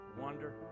wonder